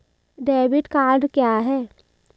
Debit card क्या है?